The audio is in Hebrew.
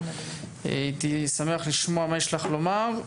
הייתי שמח לשמוע מה יש לך לומר,